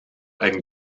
and